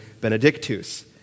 Benedictus